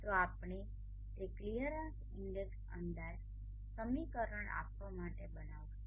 તો આપણે તે ક્લિયરન્સ ઇન્ડેક્સ અંદાજ સમીકરણ આપવા માટે બનાવીશું